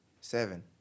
seven